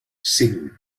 cinc